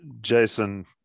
Jason